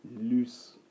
loose